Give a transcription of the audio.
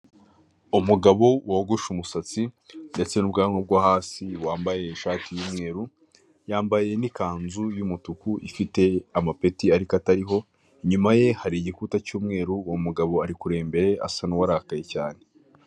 Umugabo wogoshe umusatsi, ndetse n'ubwanwa bwo hasi, wambaye ishati y'umweru, yambaye n'ikanzu y'umutuku ifite amapeti ariko atariho, inyuma ye hari igikuta cy'umweru. Uwo mugabo ari kureba imbere ye, asa n'urakaye cyane.